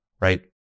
right